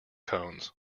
cones